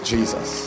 Jesus